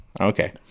Okay